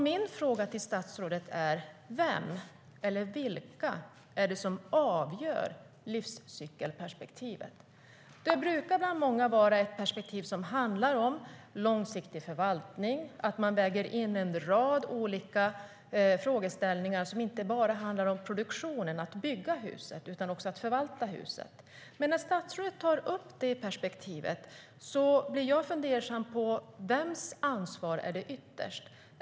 Min fråga till statsrådet är: Vem eller vilka är det som avgör livscykelperspektivet? Det brukar bland många vara ett perspektiv som handlar om långsiktig förvaltning och att man väger in en rad olika frågeställningar som inte bara handlar om produktionen, att bygga huset, utan också om att förvalta huset. När statsrådet tar upp det perspektivet blir jag fundersam: Vems ansvar är det ytterst?